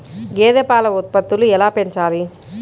గేదె పాల ఉత్పత్తులు ఎలా పెంచాలి?